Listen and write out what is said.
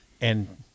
and-